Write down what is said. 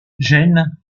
gene